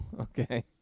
okay